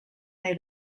nahi